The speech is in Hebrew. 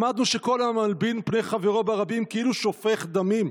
למדנו שכל המלבין פני חברו ברבים כאילו שופך דמים.